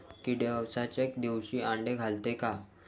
किडे अवसच्या दिवशी आंडे घालते का?